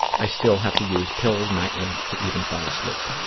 i still have to use pills nightly to even fall asleep.